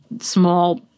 small